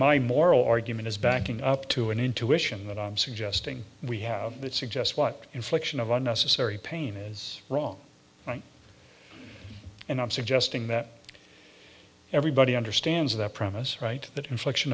my moral argument is backing up to an intuition that i'm suggesting we have that suggests what infliction of unnecessary pain is wrong and i'm suggesting that everybody understands that promise right that infliction